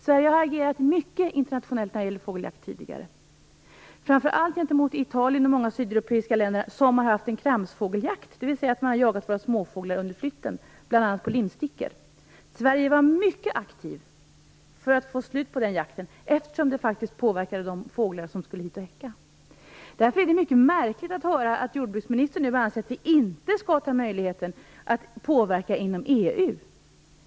Sverige har agerat mycket internationellt när det gäller fågeljakt tidigare, framför allt gentemot Italien och andra sydeuropeiska länder som bedrivit kramsfågeljakt, dvs. jagat våra småfåglar under flyttningen, bl.a. på limstickor. Sverige var mycket aktivt för att få slut på den jakten, eftersom den faktiskt påverkade de fåglar som skulle hit och häcka. Därför är det mycket märkligt att höra att jordbruksministern nu anser att vi inte skall ta vara på möjligheten att påverka inom EU.